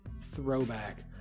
throwback